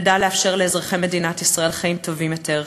נדע לאפשר לאזרחי מדינת ישראל חיים טובים יותר,